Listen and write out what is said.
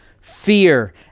Fear